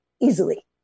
easily